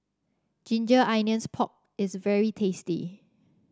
Ginger Onions Pork is very tasty